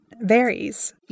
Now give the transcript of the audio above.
varies